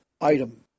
item